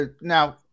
now